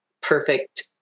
perfect